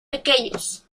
pequeños